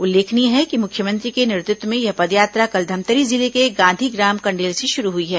उल्लेखनीय है कि मुख्यमंत्री के नेतृत्व में यह पदयात्रा कल धमतरी जिले के गांधी ग्राम कंडेल से शुरू हुई है